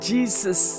Jesus